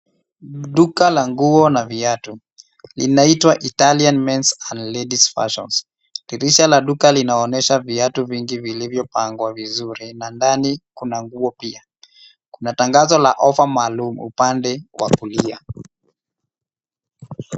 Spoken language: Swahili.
Duka la nguo na viatu, linaitwa Italian Men's & Ladies' Fashions. Dirisha la duka linaonyesha viatu vingi vilivyopangwa vizuri na ndani kuna nguo pia. Kuna tangazo la ofa maalum upande wa kulia.